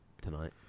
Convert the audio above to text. tonight